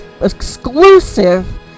exclusive